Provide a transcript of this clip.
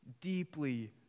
deeply